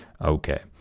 Okay